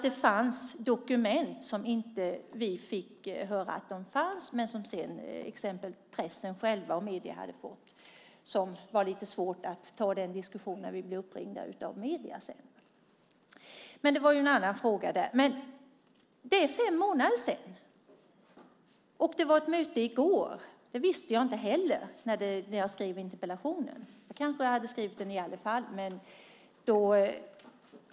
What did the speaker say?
Det fanns ju dokument som vi fick höra inte fanns men som pressen och medierna själva hade fått. Det var därför lite svårt att ta diskussionen när vi senare blev uppringda av medierna, men det är en annan fråga. Det är fem månader sedan. Och det var ett möte i går. Det visste jag inte när jag skrev interpellationen. Jag kanske hade skrivit den i alla fall.